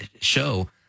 show